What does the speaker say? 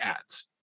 ads